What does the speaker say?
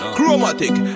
Chromatic